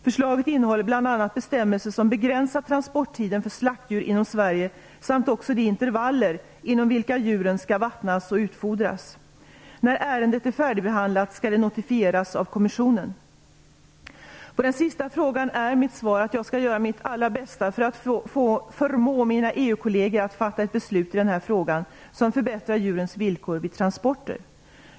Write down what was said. Förslaget innehåller bl.a. bestämmelser som begränsar transporttiden för slaktdjur inom Sverige samt också de intervaller inom vilka djuren skall vattnas och utfordras. När ärendet är färdigbehandlat skall det notifieras kommissionen. På den sista frågan är mitt svar att jag skall göra mitt allra bästa för att förmå mina EU-kolleger att fatta ett beslut i den här frågan som förbättrar djurens villkor vid transporter.